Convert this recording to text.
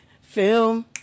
film